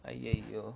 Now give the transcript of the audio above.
ah ya yo